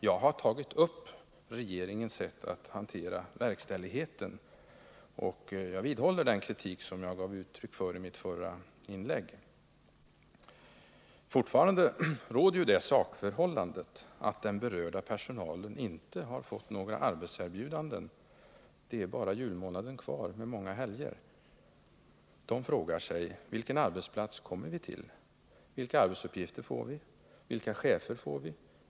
Jag har tagit upp regeringens sätt att hantera verkställigheten, och jag vidhåller den kritik som jag gav uttryck för i mitt förra inlägg. Fortfarande råder ju det sakförhållandet att den berörda personalen inte har fått några arbetserbjudanden. Det är bara julmånaden kvar med många helger. De anställda frågar sig: Vilken arbetsplats kommer vi till? Vilka arbetsuppgifter får vi? Vilka chefer får vi?